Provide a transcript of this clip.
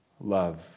love